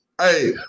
Hey